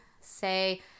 say